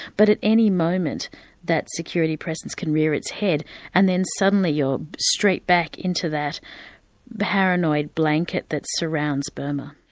but at any moment that security presence can rear its head and then suddenly you're straight back into that paranoid blanket that surrounds burma.